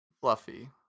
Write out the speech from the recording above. Fluffy